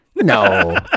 no